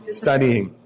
studying